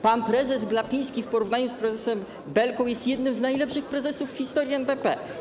Pan prezes Glapiński w porównaniu z prezesem Belką jest jednym z najlepszych prezesów w historii NBP.